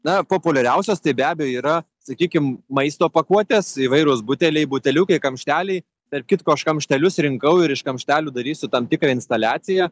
na populiariausios tai be abejo yra sakykim maisto pakuotės įvairūs buteliai buteliukai kamšteliai tarp kitko aš kamštelius rinkau ir iš kamštelių darysiu tam tikrą instaliaciją